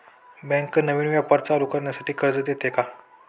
Bank नवीन व्यापार चालू करण्यासाठी कर्ज देते का?